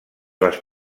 les